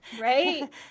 right